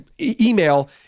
email